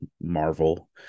Marvel